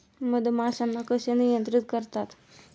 मधमाश्यांना कसे नियंत्रित करतात?